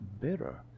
better